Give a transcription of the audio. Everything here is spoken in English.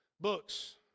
Books